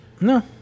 no